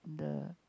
the